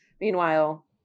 Meanwhile